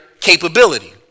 capability